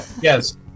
Yes